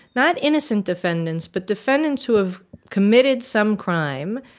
not innocent defendants, but defendants who have committed some crime.